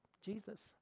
Jesus